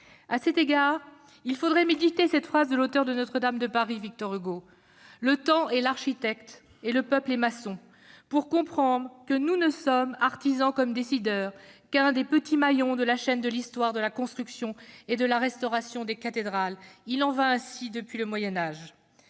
À cet égard, il faudrait méditer cette phrase de l'auteur de, Victor Hugo, « Le temps est l'architecte et le peuple est maçon », pour comprendre que nous ne sommes, artisans comme décideurs, qu'un des petits maillons de la chaîne de l'histoire de la construction et de la restauration des cathédrales. Il en va ainsi depuis le Moyen Âge !